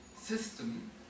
system